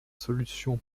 solution